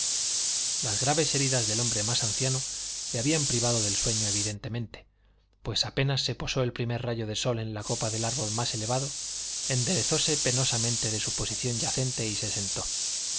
las graves heridas del hombre más anciano le habían privado del sueño evidentemente pues apenas se posó el primer rayo del sol en la copa del árbol más elevado enderezóse penosamente de su posición yacente y se sentó